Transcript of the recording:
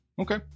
okay